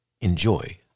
enjoy